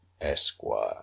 Esquire